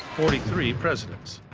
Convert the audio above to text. forty three presidents.